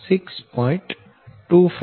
1506 X 6